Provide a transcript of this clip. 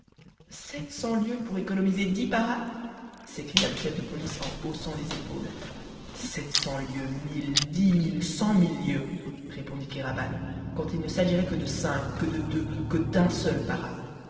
cents lieues pour économiser dix paras s'écria le chef de police en haussant les épaules sept cents lieues mille dix mille cent mille lieues répondit kéraban quand il ne s'agirait que de cinq que de deux que d'un seul para